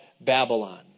Babylon